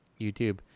YouTube